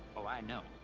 oh i know.